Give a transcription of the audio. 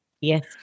Yes